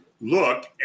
look